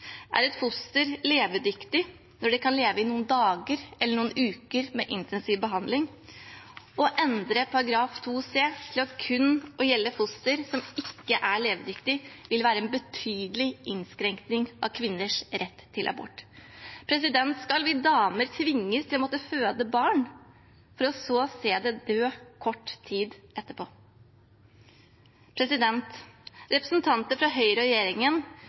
Er et foster levedyktig når det kan leve i noen dager, eller noen uker, med intensiv behandling? Å endre § 2 c til kun å gjelde et foster som ikke er levedyktig, vil være en betydelig innskrenkning av kvinners rett til abort. Skal vi damer tvinges til å måtte føde barn for så å se det dø kort tid etterpå? Når representanter fra Høyre og regjeringen